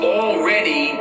already